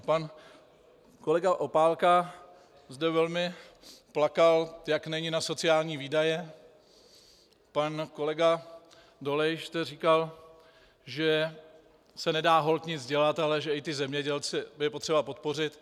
Pan kolega Opálka zde velmi plakal, jak není na sociální výdaje, pan kolega Dolejš říkal, že se nedá holt nic dělat, ale že i ty zemědělce je třeba podpořit.